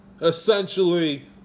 essentially